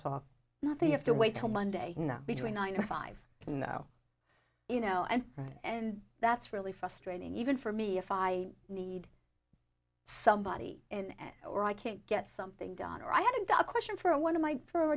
talk not they have to wait till monday you know between nine and five no you know and right and that's really frustrating even for me if i need somebody and or i can't get something done or i had a question for one of my for